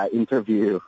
interview